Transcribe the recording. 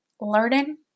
learning